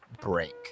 break